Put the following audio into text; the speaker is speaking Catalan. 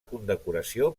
condecoració